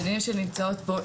מי שנמצאות פה,